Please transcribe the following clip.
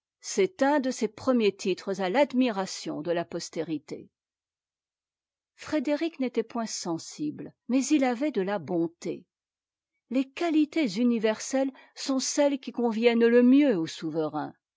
c'est un de ses premiers titres à l'admiration de la postérité frédéric n'était point sensible mais il avait de la bonté or les qualités universelles sont celles qui conviennent le mieux aux souverains